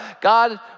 God